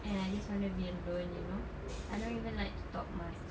and I just want to be alone you know I don't even like to talk much